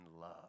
love